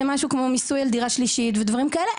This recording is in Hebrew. משהו כמו מיסוי על דירה שלישית ודברים כאלה,